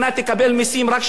3 מיליארד שקל,